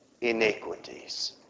iniquities